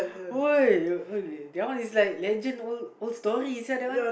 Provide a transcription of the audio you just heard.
boy that one is like legend old old story sia that one